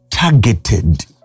Targeted